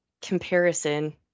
comparison